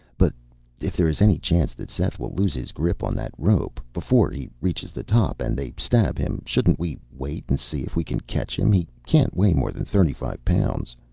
but if there is any chance that seth will lose his grip on that rope before he reaches the top and they stab him shouldn't we wait and see if we can catch him? he can't weigh more than thirty five pounds.